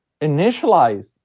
initialize